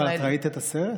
אבל את ראית את הסרט?